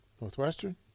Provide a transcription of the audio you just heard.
Northwestern